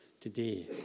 today